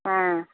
हँ